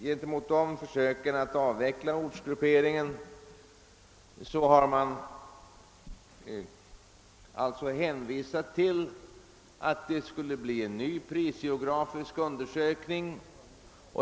Gentemot försöken att få en avveckling av ortsgrupperingen har hänvisats till att det skulle bli en ny prisgeografisk undersökning.